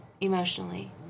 emotionally